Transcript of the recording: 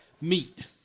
meet